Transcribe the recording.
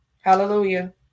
Hallelujah